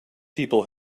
people